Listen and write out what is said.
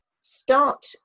Start